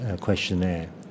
questionnaire